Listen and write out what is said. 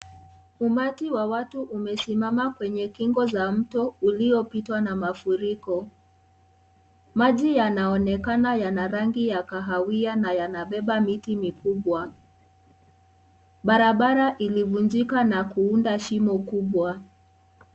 Umati wa watu umesimama kwenye kingo za mto uliopitwa na mafuriko. Maji yanaonekana yana rangi ya kahawia na yanabena miti mikubwa. Barabara ilivunjika na kuunda shimo kubwa.